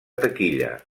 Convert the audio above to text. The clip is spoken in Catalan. taquilla